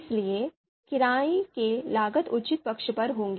इसलिए किराये की लागत उच्च पक्ष पर होगी